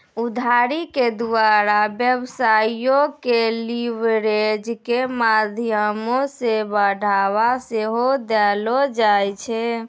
उधारी के द्वारा व्यवसायो के लीवरेज के माध्यमो से बढ़ाबा सेहो देलो जाय छै